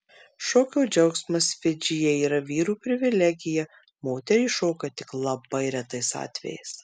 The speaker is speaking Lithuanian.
šokio džiaugsmas fidžyje yra vyrų privilegija moterys šoka tik labai retais atvejais